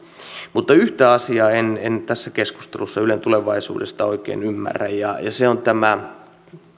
mutta yhtä asiaa en en tässä keskustelussa ylen tulevaisuudesta oikein ymmärrä ja se on tämä